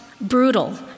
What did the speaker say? brutal